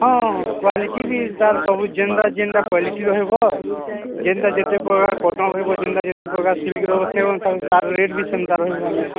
ହଁ କ୍ଵାଲିଟି ବି ତା'ର୍ ସବୁ ଯେନ୍ଟା ଯେନ୍ଟା କ୍ୱାଲିଟି ରହିବ ଯେନ୍ଟା ଯେତେ ପ୍ରକାର କଟନ୍ ରହିବ ଯେନ୍ତା ଯେତେ ପ୍ରକାର ସିଲ୍କ ରହିବ ସେ ତା'ର୍ ରେଟ୍ ବି ସେନ୍ତା ରହିବ ଆଜ୍ଞା